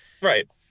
right